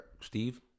Steve